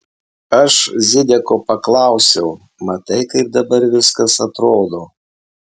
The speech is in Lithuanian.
aš zideko paklausiau matai kaip dabar viskas atrodo